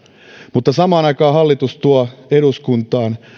mutta samaan aikaan hallitus tuo eduskuntaan